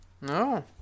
No